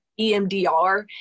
EMDR